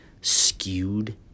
skewed